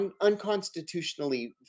unconstitutionally